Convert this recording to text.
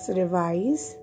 revise